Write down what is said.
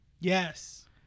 Yes